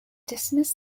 dismiss